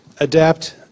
Adapt